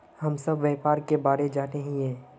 हम सब व्यापार के बारे जाने हिये?